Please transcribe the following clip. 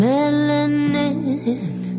Melanin